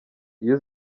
iyo